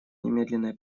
немедленное